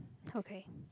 okay